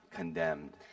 condemned